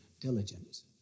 diligence